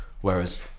Whereas